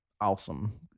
awesome